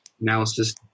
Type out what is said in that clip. analysis